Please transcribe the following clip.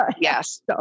Yes